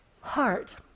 heart